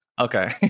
Okay